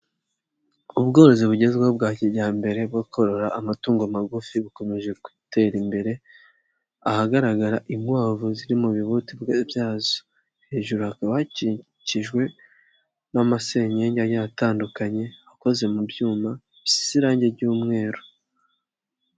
Ubworozi bugezweho bwa kijyambere bwo korora amatungo magufi bukomeje gutera imbere, ahagaragara inkwavu ziri mu bibuti byazo. Hejuru hakaba hakikijwe n'amasenyenge agiye atandukanye, akoze mu byuma bisize irangi ry'umweru.